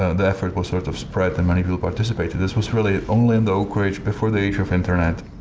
ah the effort was sort of spread and many people participated. this was really only in the oak ridge, before the age of internet